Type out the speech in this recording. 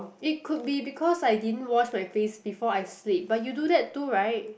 it could be because I didn't wash my face before I sleep but you do that too right